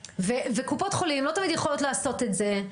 וקופות חולים לא תמיד יכולות לעשות את זה,